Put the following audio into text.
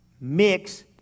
mix